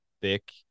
thick